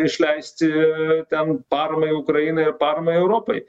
išleisti ten paramai ukrainai ar paramai europai